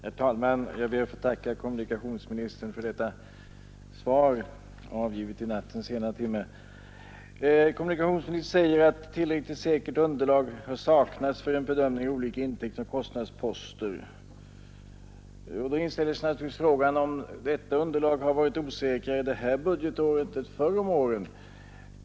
Herr talman! Jag ber att få tacka kommunikationsministern för detta svar, avgivet i nattens sena timme. Kommunikationsministern säger att tillräckligt säkert underlag saknas för en bedömning av olika intäktsoch kostnadsposter. Då inställer sig naturligtvis frågan om detta underlag har varit osäkrare det här budgetåret än förr om åren.